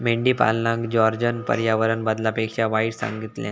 मेंढीपालनका जॉर्जना पर्यावरण बदलापेक्षा वाईट सांगितल्यान